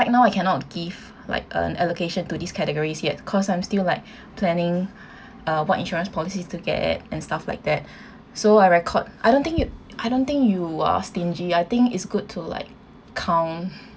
like now I cannot give like err allocation to these categories yet 'cause I'm still like planning uh what insurance policies to get and stuff like that so I record I don't think you I don't think you are stingy I think it's good to like count